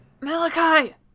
Malachi